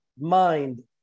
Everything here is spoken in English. mind